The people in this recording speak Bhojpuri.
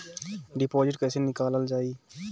डिपोजिट कैसे निकालल जाइ?